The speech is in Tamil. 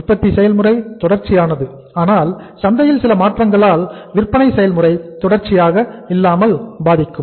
உற்பத்தி செயல்முறை தொடர்ச்சியானது ஆனால் சந்தையில் சில மாற்றங்களால் விற்பனை செயல்முறை தொடர்ச்சியாக இல்லாமல் பாதிக்கும்